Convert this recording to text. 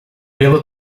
pelo